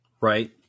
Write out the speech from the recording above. Right